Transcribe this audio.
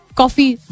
coffee